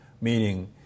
meaning